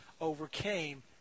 overcame